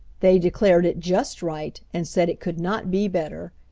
they declared it just right and said it could not be better.